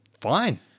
fine